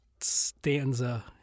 stanza